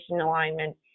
alignment